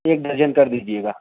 ایک درجن کردیجیے گا